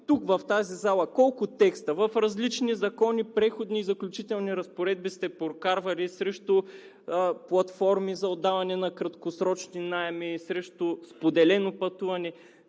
услуги. Колко текста на различни закони, на преходни и заключителни разпоредби сте прокарвали срещу платформи за отдаване на краткосрочни наеми, срещу споделено пътуване?